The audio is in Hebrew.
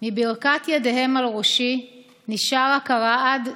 / מברכת ידיהם על ראשי / נשאר רק הרעד,